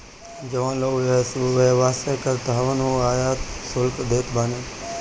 जवन लोग व्यवसाय करत हवन उ आयात शुल्क देत बाने